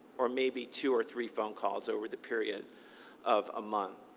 or maybe two or three phone calls over the period of a month.